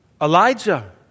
Elijah